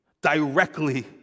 directly